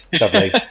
Lovely